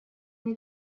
мне